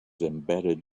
embedded